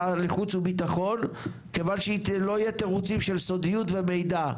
של חוץ וביטחון כיוון שלא יהיו תירוצים של סודיות ומידע,